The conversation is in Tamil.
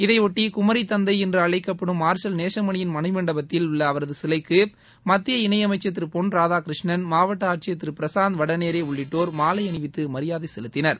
இதையொட்டி குமரி தந்தை என்று அழைக்கப்படும் மார்ஷல் நேஷமணியின் மணிமண்டபத்தில் உள்ள அவரது சிலைக்கு மத்திய இணை அமைச்சர் திரு பொன் ராதாகிருஷ்ணன் மாவட்ட ஆட்சியா் திரு பிரசாந்த் வடநேரே உள்ளிட்டோர் மாலை அணிவித்து மரியாதை செலுத்தினர்